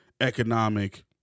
economic